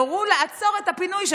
והורו לעצור את הפינוי,